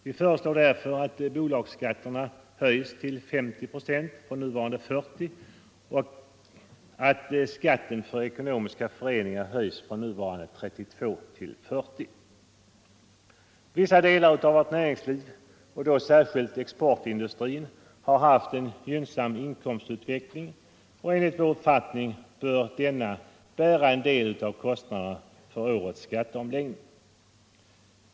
Vi föreslår därför att bolagsskatterna höjs till 50 procent från nuvarande 40 procent och att skatten för ekonomiska föreningar höjs från nuvarande 32 procent till 40 procent. Vissa delar av vårt näringsliv, särskilt exportindustrin, har haft en gynnsam inkomstutveckling, och enligt vår uppfattning bör den bära en del av kostnaderna för årets skatteomläggning.